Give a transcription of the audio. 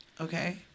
Okay